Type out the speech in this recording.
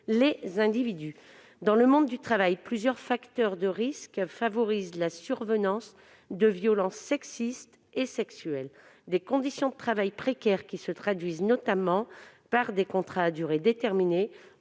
les individus. Dans le monde du travail, plusieurs facteurs de risque favorisent la survenance de violences sexistes et sexuelles : conditions de travail précaires, qui se traduisent notamment par des contrats à durée déterminée